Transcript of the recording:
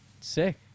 Sick